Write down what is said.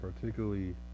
particularly